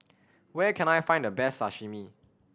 where can I find the best Sashimi